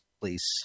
please